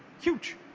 huge